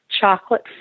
chocolate